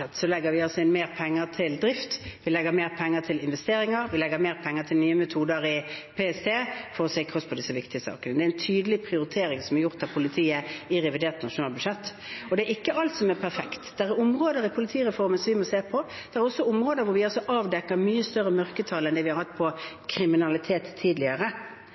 PST for å sikre oss når det gjelder disse viktige sakene. Det er gjort en tydelig prioritering av politiet i revidert nasjonalbudsjett. Det er ikke alt som er perfekt. Det er områder ved politireformen som vi må se på. Det er også områder hvor vi avdekker mye større mørketall enn vi har hatt på kriminalitet tidligere.